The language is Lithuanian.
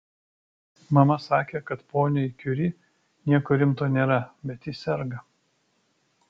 mama sakė kad poniai kiuri nieko rimto nėra bet ji serga